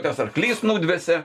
tas arklys nudvėsė